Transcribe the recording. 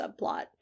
subplot